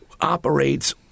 operates